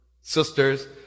sisters